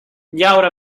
llaura